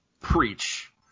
Preach